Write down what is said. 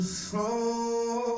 slow